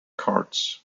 cards